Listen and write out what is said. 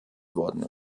worden